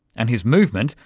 and his movement,